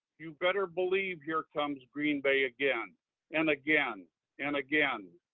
you'd better believe here comes green bay again and again and again.